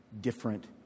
different